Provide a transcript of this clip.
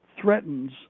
threatens